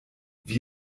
wie